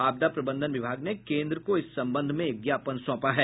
आपदा प्रबंधन विभाग ने केन्द्र को इस संबंध में एक ज्ञापन सौंपा है